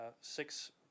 six